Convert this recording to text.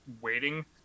waiting